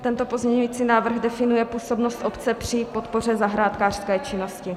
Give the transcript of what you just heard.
Tento pozměňující návrh definuje působnost obce při podpoře zahrádkářské činnosti.